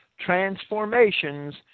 transformations